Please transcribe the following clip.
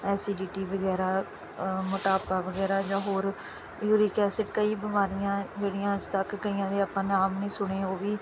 acidity ਵਗੈਰਾ ਮੋਟਾਪਾ ਵਗੈਰਾ ਜਾਂ ਹੋਰ ਯੂਰਿਕ ਐਸਿਡ ਕਈ ਬਿਮਾਰੀਆਂ ਜਿਹੜੀਆਂ ਅੱਜ ਤੱਕ ਕਈਆਂ ਦੇ ਆਪਾਂ ਨਾਮ ਨਹੀਂ ਸੁਣੇ ਉਹ ਵੀ